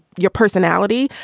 your personality.